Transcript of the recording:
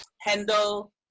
handle